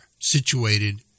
situated